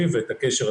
החובה --- בבקשה.